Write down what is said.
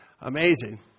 amazing